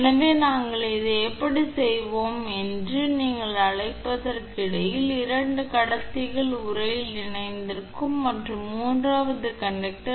எனவே நாங்கள் இதை எப்படிச் செய்வோம் என்று நீங்கள் அழைப்பதற்கு இடையில் 2 கடத்திகள் உறையில் இணைந்திருக்கும் மற்றும் மூன்றாவது கண்டக்டர்